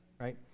right